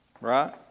Right